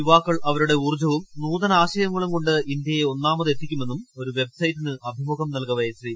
യുവാക്കൾ അവരുടെ ഊർജ്ജവും നൂതനാശയങ്ങളും കൊണ്ട് ഇന്ത്യയെ ഒന്നാമത് എത്തിക്കുമെന്നും ഒരു വെബ്സൈറ്റിന് അഭിമുഖം നൽകവെ ശ്രീ